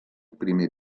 primer